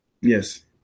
Yes